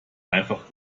einfach